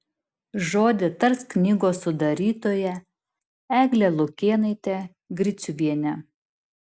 žodį tars knygos sudarytoja eglė lukėnaitė griciuvienė